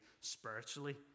spiritually